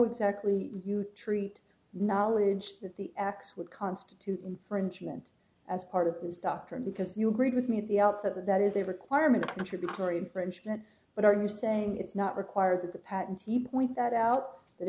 actually you treat knowledge that the x would constitute for enjoyment as part of his doctrine because you agreed with me at the outset that that is a requirement contributory infringement but are you saying it's not required that the patents he pointed out that